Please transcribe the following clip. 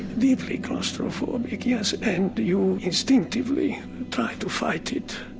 deeply claustrophobic, yes, and you instinctively try to fight it.